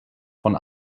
von